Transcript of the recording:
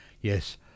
Yes